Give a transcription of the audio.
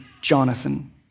Jonathan